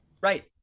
Right